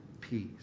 peace